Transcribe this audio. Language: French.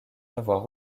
avoir